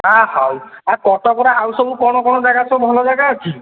ହାଁ ହଉ ଆଉ କଟକରେ ଆଉ ସବୁ କ'ଣ କ'ଣ ଜାଗା ସବୁ ଭଲ ଜାଗା ଅଛି